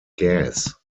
gas